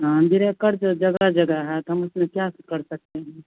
हाँ ब्रेकर तो जगह जगह है तो हम उसको क्या कर सकते हैं